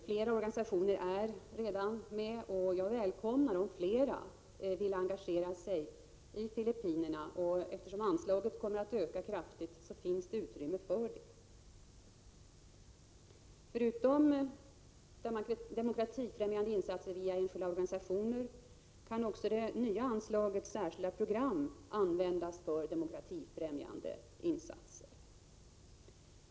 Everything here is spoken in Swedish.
Flera organisationer är redan med, och jag välkomnar om flera vill engagera sig i Filippinerna. Eftersom anslaget kommer att öka kraftigt finns det utrymme för det. Därutöver kan också det nya anslaget Särskilda program användas för demokratifrämjande insatser.